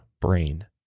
brain